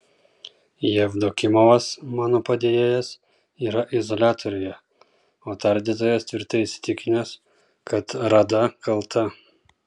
jevdokimovas mano padėjėjas yra izoliatoriuje o tardytojas tvirtai įsitikinęs kad rada kalta